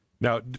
Now